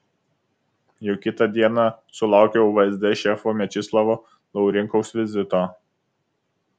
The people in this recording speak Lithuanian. jau kitą dieną sulaukiau vsd šefo mečislovo laurinkaus vizito